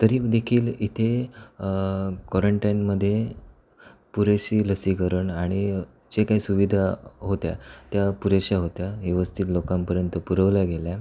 तरी देखील इथे कॉरन्टाईनमध्ये पुरेशी लसीकरण आणि जे काही सुविधा होत्या त्या पुरेशा होत्या व्यवस्थित लोकांपर्यंत पुरवल्या गेल्या